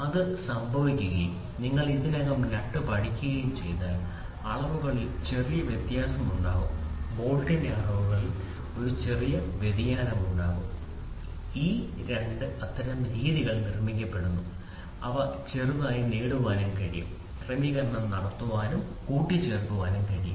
അത് സംഭവിക്കുകയും നിങ്ങൾ ഇതിനകം നട്ട് പഠിക്കുകയും ചെയ്താൽ അളവുകളിൽ ചെറിയ വ്യത്യാസമുണ്ടാകും ബോൾട്ടിന് അളവുകളിൽ ഒരു ചെറിയ വ്യതിയാനം ഉണ്ടാകും ഈ 2 അത്തരം രീതിയിൽ നിർമ്മിക്കപ്പെടുന്നു അവ ചെറുതായി നേടാൻ കഴിയും ക്രമീകരണം നടത്താനും കൂട്ടിച്ചേർക്കാനും കഴിയും